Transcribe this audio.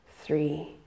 three